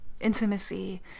intimacy